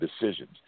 decisions